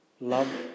Love